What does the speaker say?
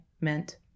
meant